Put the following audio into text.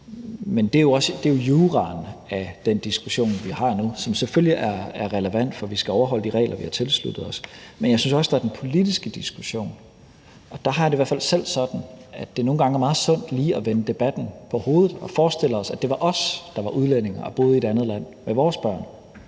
Men det er juraen i den diskussion, vi har nu, som selvfølgelig er relevant, for vi skal overholde de regler, vi har tilsluttet os. Men jeg synes også, at der er den politiske diskussion, og der har jeg det i hvert fald selv sådan, at det nogle gange er meget sundt lige at vende debatten på hovedet og at forestille sig, at det var os, der var udlændinge og boede i et andet land med vores børn.